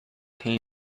came